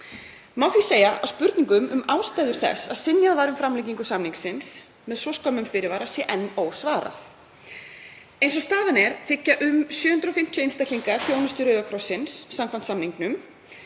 Má því segja að spurningum um ástæður þess að synjað var um framlengingu samningsins með svo skömmum fyrirvara sé enn ósvarað. Eins og staðan er þiggja um 750 einstaklingar þjónustu Rauða krossins samkvæmt samningnum.